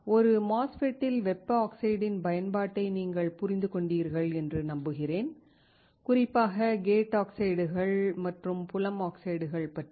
ஒரு MOSFET இல் வெப்ப ஆக்சைடின் பயன்பாட்டை நீங்கள் புரிந்து கொண்டீர்கள் என்று நம்புகிறேன் குறிப்பாக கேட் ஆக்சைடுகள் மற்றும் புலம் ஆக்சைடுகள் பற்றி